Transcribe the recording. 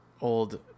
old